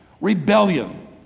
rebellion